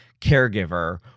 caregiver